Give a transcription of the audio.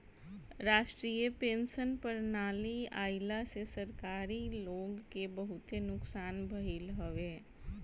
राष्ट्रीय पेंशन प्रणाली आईला से सरकारी लोग के बहुते नुकसान भईल हवे